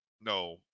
No